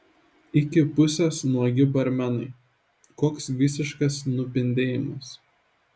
iki pusės nuogi barmenai koks visiškas nupindėjimas